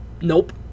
nope